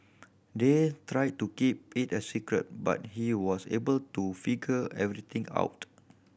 they tried to keep it a secret but he was able to figure everything out